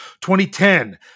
2010